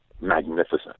magnificent